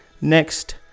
next